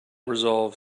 resolve